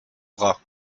bras